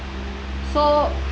so